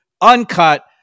uncut